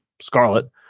scarlet